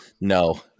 no